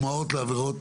תן דוגמאות לעבירות.